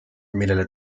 millele